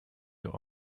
your